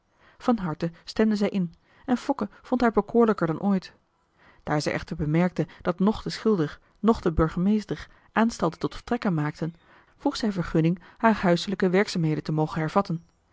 van harte stemde zij in en fokke vond haar bekoorlijker dan ooit daar zij echter bemerkte dat noch de schilder noch de burgemeester aanstalten tot vertrekken maakten vroeg zij marcellus emants een drietal novellen vergunning hare huiselijke werkzaamheden te mogen hervatten